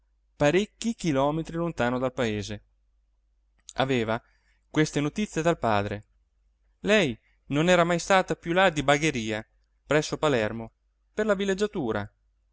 parecchi chilometri lontano dal paese aveva queste notizie dal padre lei non era mai stata più là di bagheria presso palermo per la villeggiatura